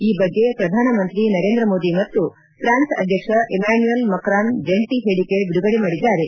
ಈ ಬಗ್ಗೆ ಶ್ರಧಾನ ಮಂತ್ರಿ ನರೇಂದ್ರ ಮೋದಿ ಮತ್ತು ಫ್ರಾನ್ಸ್ ಅಧ್ಯಕ್ಷ ಇಮ್ದಾನುಯಲ್ ಮಕ್ರಾನ್ ಜಂಟಿ ಹೇಳಿಕೆ ಬಿಡುಗಡೆ ಮಾಡಿದ್ಗಾರೆ